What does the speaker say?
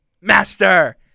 master